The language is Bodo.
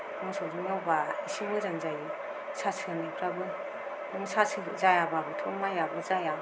मोसौजों एवब्ला एसे मोजां जायो सा सिंनिफ्राबो सासिं जायाब्लाबोथ' माइआबो जाया